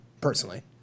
personally